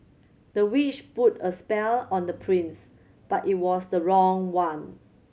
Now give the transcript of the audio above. the witch put a spell on the prince but it was the wrong one